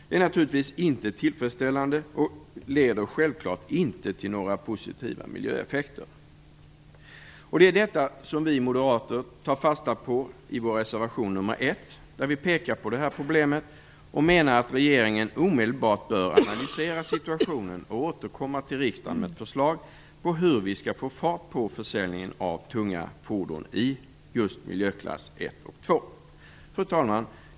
Det är naturligtvis inte tillfredsställande och leder självklart inte till några positiva miljöeffekter. Detta tar vi moderater fasta på i vår reservation nr 1, där vi pekar på det här problemet och menar att regeringen omedelbart bör analysera situationen och återkomma till riksdagen med förslag om hur vi skall få fart på försäljningen av tunga fordon i miljöklass 1 Fru talman!